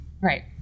Right